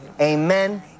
amen